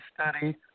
study